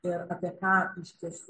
ir apie ką iš tiesų